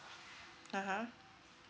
(uh huh)